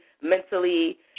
mentally